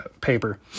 paper